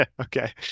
Okay